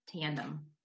tandem